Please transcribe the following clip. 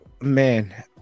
man